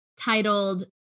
titled